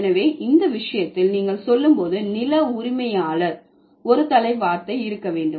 எனவே இந்த விஷயத்தில் நீங்கள் சொல்லும் போது நில உரிமையாளர் ஒரு தலை வார்த்தை இருக்க வேண்டும்